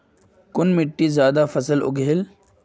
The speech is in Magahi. कुन मिट्टी ज्यादा फसल उगहिल?